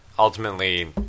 ultimately